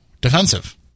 defensive